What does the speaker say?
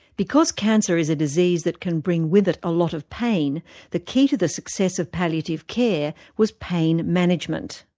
because cancer is a disease that can bring with it a lot of pain the key to the success of palliative care was pain management.